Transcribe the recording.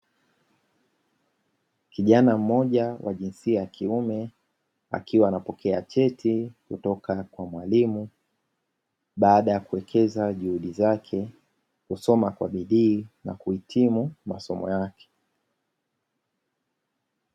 Kijana mmoja wa jinsia ya kiume, akiwa anapokea cheti kutoka kwa mwalimu, baada ya kuwekeza juhudi zake; kusoma kwa bidii na kuhitimu masomo yake.